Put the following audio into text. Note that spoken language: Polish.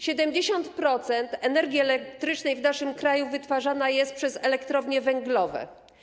70% energii elektrycznej w naszym kraju wytwarzana jest przez elektrownie węglowe.